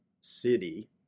city